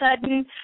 sudden